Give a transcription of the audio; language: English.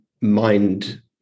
mind